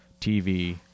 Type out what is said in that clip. TV